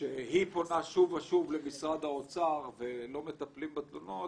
שהיא פונה שוב ושוב למשרד האוצר ולא מטפלים בתלונות,